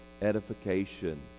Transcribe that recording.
edification